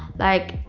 like,